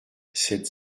sept